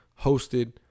hosted